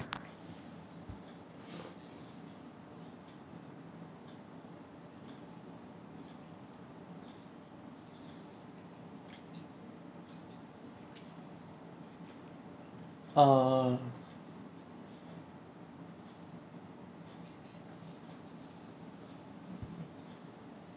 uh